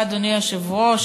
אדוני היושב-ראש,